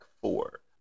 four